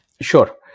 Sure